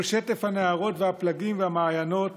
כל שטף הנהרות והפלגים ומעיינות